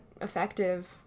effective